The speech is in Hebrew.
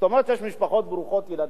זאת אומרת שיש משפחות ברוכות ילדים,